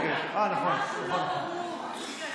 כשמשהו לא ברור אפשר להסביר.